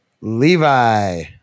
Levi